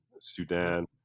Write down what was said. Sudan